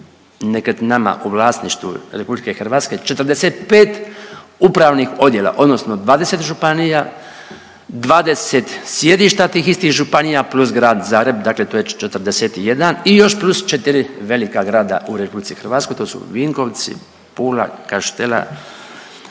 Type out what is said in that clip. nekretninama u vlasništvu RH 45 upravnih odjela odnosno 20 županija, 20 sjedišta tih istih županija plus Grad Zagreb dakle 41 i još plus četiri velika grada u RH to su Vinkovci, Pula, Kaštela